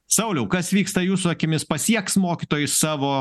sauliau kas vyksta jūsų akimis pasieks mokytojai savo